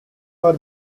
are